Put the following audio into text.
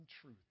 truth